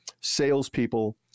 salespeople